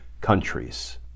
countries